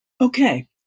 Okay